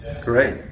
Great